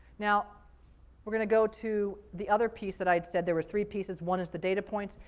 now we're going to go to the other piece that i'd said there were three pieces. one is the data points.